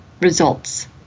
results